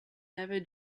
never